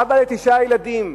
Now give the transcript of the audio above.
אבא לתשעה ילדים,